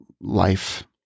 life